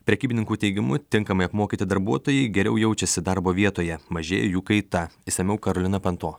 prekybininkų teigimu tinkamai apmokyti darbuotojai geriau jaučiasi darbo vietoje mažėja jų kaita išsamiau karolina panto